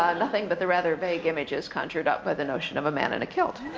nothing but the rather vague images conjured up by the notion of a man in a kilt.